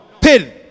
Pin